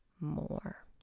more